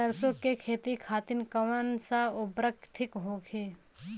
सरसो के खेती खातीन कवन सा उर्वरक थिक होखी?